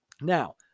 Now